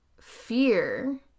fear